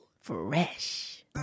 fresh